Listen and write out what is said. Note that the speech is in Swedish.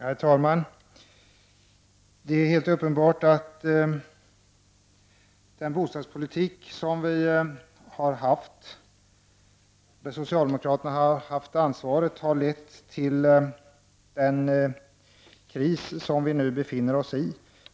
Herr talman! Det är helt uppenbart att den bostadspolitik som vi har haft och där socialdemokraterna har haft ansvaret, har lett till den kris som vi nu befinner oss i.